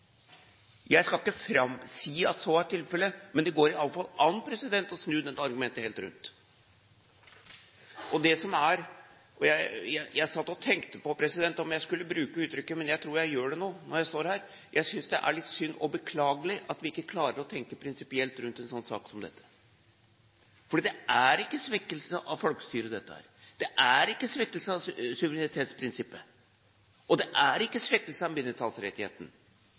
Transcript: Jeg skal ikke si at det er tilfellet, men det går i hvert fall an å snu dette argumentet helt rundt. Jeg satt og tenkte på om jeg skulle bruke uttrykket, men jeg tror jeg gjør det nå når jeg står her: Jeg synes det er litt synd og beklagelig at vi ikke klarer å tenke prinsipielt rundt en sånn sak som dette, for dette er ikke svekkelse av folkestyret, det er ikke svekkelse av suverenitetsprinsippet, og det er ikke svekkelse av